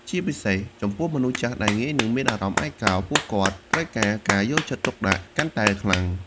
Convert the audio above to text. ជាពិសេស ចំពោះមនុស្សចាស់ដែលងាយនឹងមានអារម្មណ៍ឯកោ ពួកគាត់ត្រូវការការយកចិត្តទុកដាក់កាន់តែខ្លាំង។